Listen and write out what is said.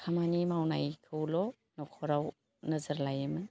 खामानि मावनायखौल' नखराव नोजोर लायोमोन